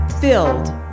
filled